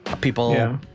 People